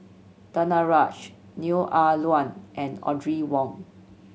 Danaraj Neo Ah Luan and Audrey Wong